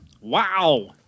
Wow